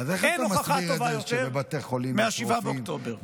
אין הוכחה טובה יותר מ-7 באוקטובר.